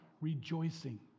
rejoicing